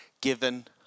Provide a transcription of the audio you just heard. given